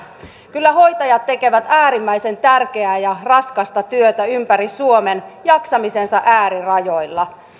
kyllä hoitajat tekevät äärimmäisen tärkeää ja raskasta työtä ympäri suomen jaksamisensa äärirajoilla